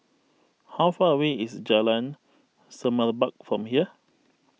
how far away is Jalan Semerbak from here